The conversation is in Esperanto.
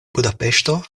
budapeŝto